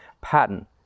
pattern